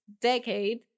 decade